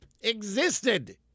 existed